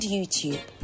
YouTube